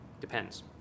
depends